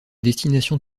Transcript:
destinations